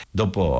dopo